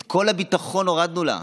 את כל הביטחון הורדנו לה.